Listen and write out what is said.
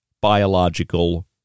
biological